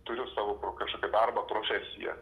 turiu savo kažkokį darbą profesiją